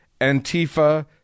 Antifa